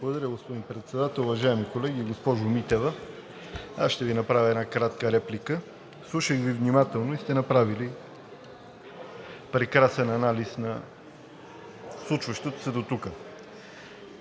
Благодаря, господин Председател. Уважаеми колеги! Госпожо Митева, аз ще Ви направя една кратка реплика. Слушах Ви внимателно и сте направили прекрасен анализ на случващото се дотук.